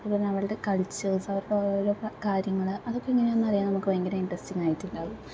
അതേപോലെ അവരുടെ കൾച്ചേഴ്സ് അവരുടെ ഓരോരോ കാര്യങ്ങള് അതൊക്കെ എങ്ങനെയാണെന്ന് അറിയാൻ നമുക്ക് ഭയങ്കര ഇൻററസ്റ്റിങ്ങായിട്ടുണ്ടാകും